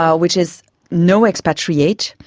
ah which is no expatriates.